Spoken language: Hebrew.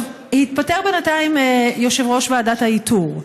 התפטר בינתיים יושב-ראש ועדת האיתור,